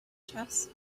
chess